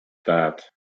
that